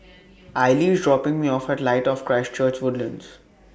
Aili IS dropping Me off At Light of Christ Church Woodlands